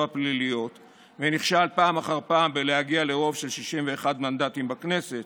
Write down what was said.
הפליליות ונכשל פעם אחר פעם להגיע לרוב של 61 מנדטים בכנסת,